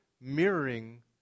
mirroring